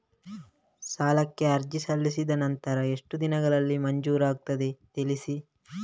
ಸಾಲಕ್ಕೆ ಅರ್ಜಿ ಸಲ್ಲಿಸಿದ ನಂತರ ಎಷ್ಟು ದಿನಗಳಲ್ಲಿ ಮಂಜೂರಾಗುತ್ತದೆ ತಿಳಿಸಿ?